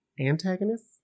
antagonist